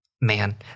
man